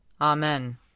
Amen